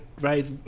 right